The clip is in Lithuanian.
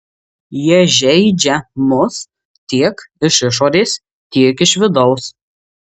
jie žeidžia mus tiek iš išorės tiek iš vidaus